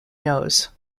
knows